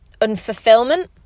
unfulfillment